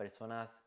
personas